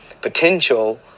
Potential